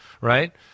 right